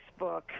facebook